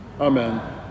Amen